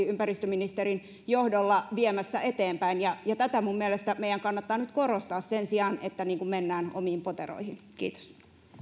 ympäristöministerin johdolla viemässä eteenpäin tätä minun mielestäni meidän kannattaa nyt korostaa sen sijaan että mennään omiin poteroihin kiitos